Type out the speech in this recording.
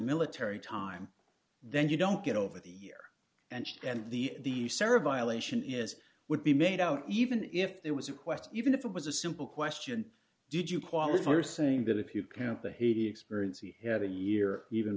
military time then you don't get over the years and the sarah violation is would be made out even if there was a quest even if it was a simple question did you qualify are saying that if you count the haiti experience you have a year even